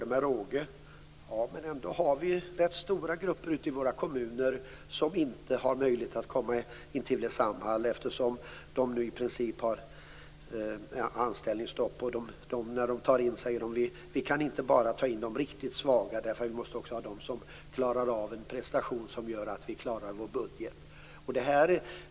Det finns ändå ute i våra kommuner rätt stora grupper som inte har möjlighet att komma till Samhall, eftersom man där nu i princip har anställningsstopp. När man rekryterar säger man att man inte bara kan ta in de riktigt svaga utan också måste ha personer som kan utföra en sådan prestation att budgeten kan klaras.